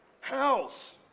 house